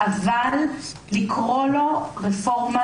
אבל לקרוא לו רפורמה,